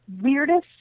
weirdest